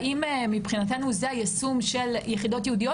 האם מבחינתנו זה היישום של יחידות ייעודיות?